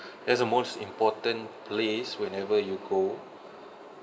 that's the most important place whenever you go